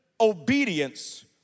obedience